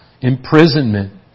imprisonment